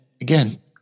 again